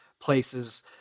places